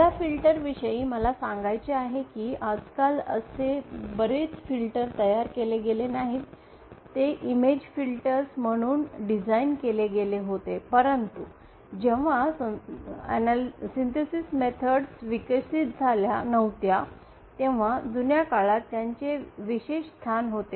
या फिल्टर्स विषयी मला सांगायचे आहे की आजकाल असे बरेच फिल्टर तयार केले गेले नाहीत ते इमेज फिल्टर्स म्हणून डिझाइन केले गेले होते परंतु जेव्हा संश्लेषणाच्या पद्धती विकसित झाल्या नव्हत्या तेव्हा जुन्या काळात त्यांचे विशेष स्थान होते